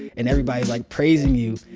and everybody's, like, praising you.